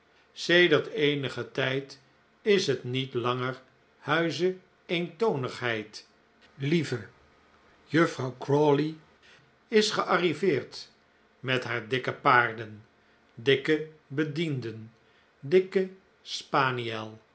sedert eenigen tijd is het niet langer huize eentonigheid lieve juffrouw crawley is gearriveerd met haar dikke paarden dikke bedienden dikken